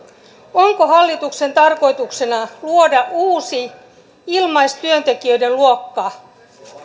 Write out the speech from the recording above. onko hallituksen tarkoituksena luoda uusi ilmaistyöntekijöiden luokka